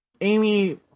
Amy